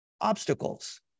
obstacles